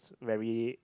very